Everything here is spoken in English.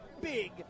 big